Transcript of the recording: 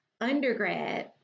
undergrad